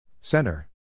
Center